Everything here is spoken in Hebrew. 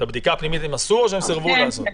את הבדיקה הפנימית הם עשו או סירבו לעשות?